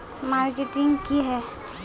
Marketing की है?